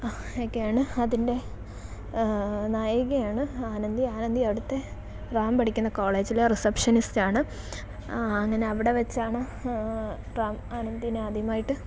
ഒക്കെയാണ് അതിൻ്റെ നായികയാണ് ആനന്ദി ആനന്ദി അവിടുത്തെ റാം പഠിക്കുന്ന കോളേജിലെ റിസ്പഷനിസ്റ്റാണ് ആ അങ്ങനെ അവിടെ വെച്ചാണ് ഹാ ആ റാം ആനന്ദീനെ ആദ്യമായിട്ട്